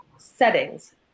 Settings